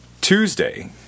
tuesday